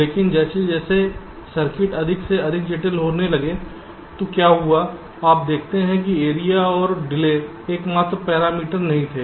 लेकिन जैसे जैसे सर्किट अधिक से अधिक जटिल होने लगे तो क्या हुआ आप देखते हैं कि एरिया और डिले एकमात्र पैरामीटर नहीं थे